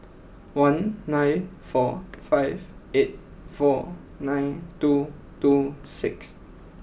one nine four five eight four nine two two six